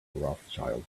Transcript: rothschild